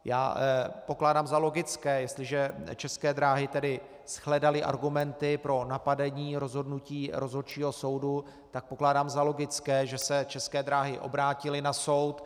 Já pokládám za logické, jestliže České dráhy shledaly argumenty pro napadení rozhodnutí Rozhodčího soudu, tak pokládám za logické, že se České dráhy obrátily na soud.